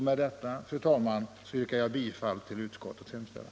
Med detta, fru talman, yrkar jag bifall till utskottets hemställan.